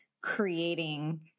creating